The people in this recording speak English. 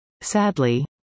sadly